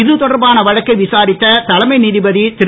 இது தொடர்பான வழக்கை விசாரித்த தலைமை நீதிபமதி திரு